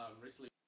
recently